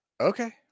Okay